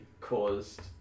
caused